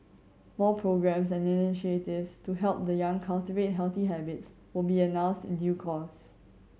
more programmes and initiatives to help the young cultivate healthy habits will be announced in due course